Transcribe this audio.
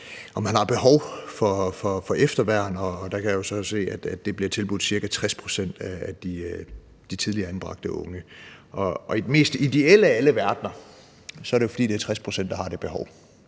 man har behov for efterværn. Jeg kan så se, at det bliver tilbudt ca. 60 pct. af de tidligere anbragte unge. I den mest ideelle af alle verdener er det, fordi det er 60 pct., der har det behov.